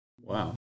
wow